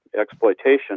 exploitation